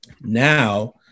now